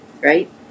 right